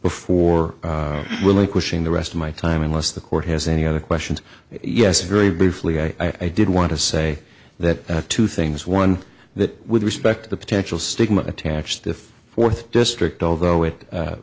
before relinquish in the rest of my time unless the court has any other questions yes very briefly i did want to say that two things one that with respect to the potential stigma attached the fourth district although it